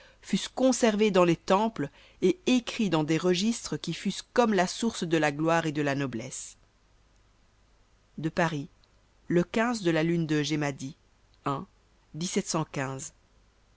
et conservés dans les temples dans des registres qui fussent comme la source de la gloire et de la noblesse à paris le de la lune de